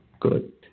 good